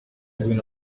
yakozwe